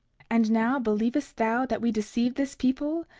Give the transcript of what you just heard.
and now, believest thou that we deceive this people,